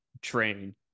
train